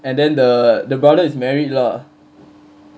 and then the the brother is married lah